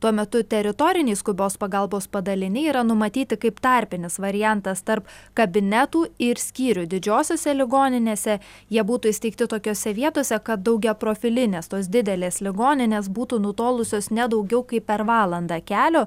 tuo metu teritoriniai skubios pagalbos padaliniai yra numatyti kaip tarpinis variantas tarp kabinetų ir skyrių didžiosiose ligoninėse jie būtų įsteigti tokiose vietose kad daugiaprofilinės tos didelės ligoninės būtų nutolusios ne daugiau kaip per valandą kelio